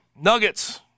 Nuggets